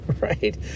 right